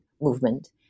movement